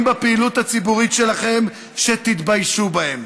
דברים בפעילות הציבורית שלכם שתתביישו בהם.